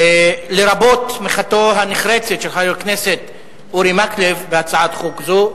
לרבות תמיכתו הנחרצת של חבר הכנסת אורי מקלב בהצעת חוק זו.